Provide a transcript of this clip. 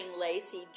lacy